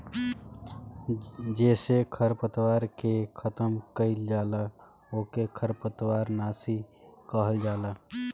जेसे खरपतवार के खतम कइल जाला ओके खरपतवार नाशी कहल जाला